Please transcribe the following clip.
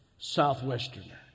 Southwesterner